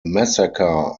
massacre